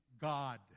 God